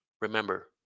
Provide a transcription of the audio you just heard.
Remember